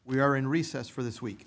we are in recess for this week